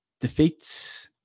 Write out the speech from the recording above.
defeats